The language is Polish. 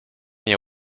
nie